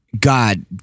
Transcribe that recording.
God